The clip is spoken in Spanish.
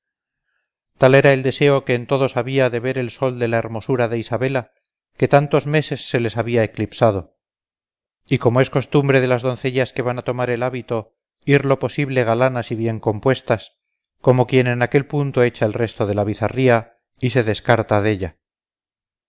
tal era el deseo que en todos había de ver el sol de la hermosura de isabela que tantos meses se les había eclipsado y como es costumbre de las doncellas que van a tomar el hábito ir lo posible galanas y bien compuestas como quien en aquel punto echa el resto de la bizarría y se descarta della